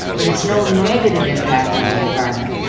but it's no negative impact on the environment.